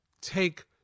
take